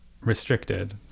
restricted